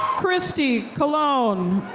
christie colone.